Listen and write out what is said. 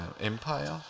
Empire